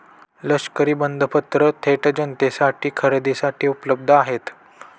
लष्करी बंधपत्र थेट जनतेसाठी खरेदीसाठी उपलब्ध आहेत